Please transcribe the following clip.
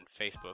Facebook